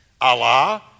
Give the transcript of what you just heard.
Allah